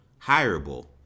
hireable